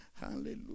Hallelujah